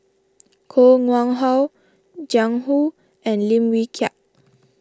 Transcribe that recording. Koh Nguang How Jiang Hu and Lim Wee Kiak